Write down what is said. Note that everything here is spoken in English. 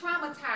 traumatized